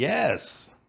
Yes